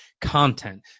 content